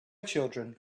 children